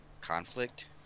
conflict